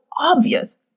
obvious